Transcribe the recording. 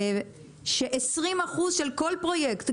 ש-20% של כל פרויקט,